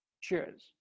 Cheers